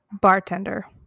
bartender